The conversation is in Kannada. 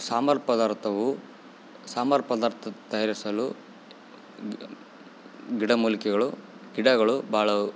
ಸಾಂಬಾರು ಪದಾರ್ಥವು ಸಾಂಬಾರು ಪದಾರ್ಥ ತಯಾರಿಸಲು ಗಿಡ ಮೂಲಿಕೆಗಳು ಗಿಡಗಳು ಭಾಳವು